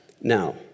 Now